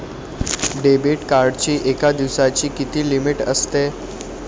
Debit कार्डची एका दिवसाची किती लिमिट असते?